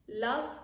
Love